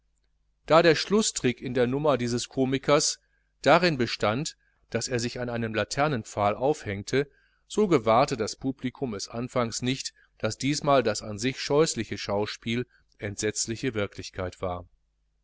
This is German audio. da der schlußtric in der nummer dieses komikers darin bestand daß er sich an einem laternenpfahl aufhängte so gewahrte das publikum es anfangs nicht daß diesmal das an sich scheußliche schauspiel entsetzliche wirklichkeit war